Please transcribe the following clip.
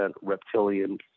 reptilian